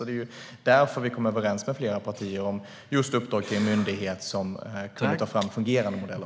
Det var därför vi kom överens med flera partier om just uppdrag till en myndighet om att ta fram fungerande modeller.